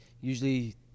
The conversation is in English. usually